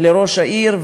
לראש העיר,